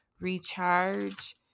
recharge